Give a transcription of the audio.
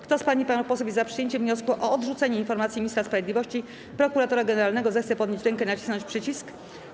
Kto z pań i panów posłów jest za przyjęciem wniosku o odrzucenie informacji ministra sprawiedliwości, prokuratora generalnego, zechce podnieść rękę i nacisnąć przycisk.